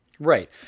Right